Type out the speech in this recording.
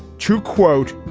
to quote,